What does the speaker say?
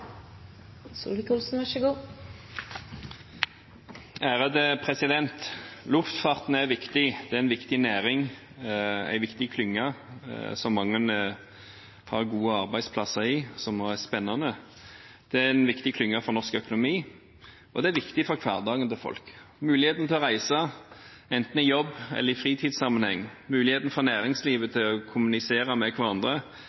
som også er spennende. Det er en viktig klynge for norsk økonomi, og det er viktig for hverdagen til folk – muligheten til å reise enten i jobb- eller fritidssammenheng, muligheten for næringslivet til å kommunisere med hverandre